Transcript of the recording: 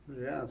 Yes